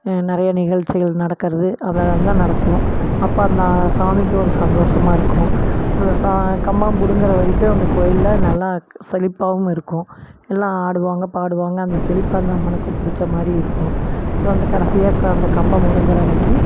நிறைய நிகழ்ச்சிகள் நடக்கிறது அது எல்லாம் நடக்கும் அப்போ அந்த சாமிக்கு ஒரு சந்தோசமாக இருக்கும் சா கம்பம் பிடுங்குற வரைக்கும் அந்த கோயில்ல நல்லா செழிப்பாகவும் இருக்கும் எல்லாம் ஆடுவாங்கள் பாடுவாங்கள் அந்த செழிப்பு அந்த அம்மனுக்கு பிடிச்ச மாதிரி இருக்கும் அப்புறம் வந்து கடைசியாக க அந்த கம்பம் பிடுங்குற அன்னைக்கு